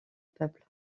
peuple